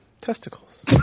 testicles